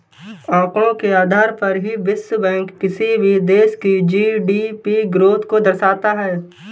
आंकड़ों के आधार पर ही विश्व बैंक किसी भी देश की जी.डी.पी ग्रोथ को दर्शाता है